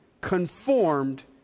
conformed